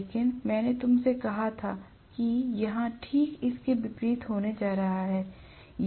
लेकिन मैंने तुमसे कहा था कि यहाँ ठीक इसके विपरीत होने जा रहा है